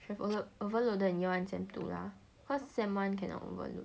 should have overloaded in year one semester two lah cause semester one cannot overload